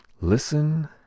Listen